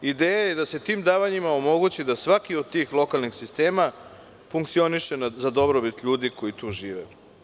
Ideja je da se tim davanjima omogući da svaki od tih lokalnih sistema funkcioniše za dobrobit ljudi koji tu žive.